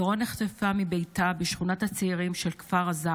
דורון נחטפה מביתה בשכונת הצעירים של כפר עזה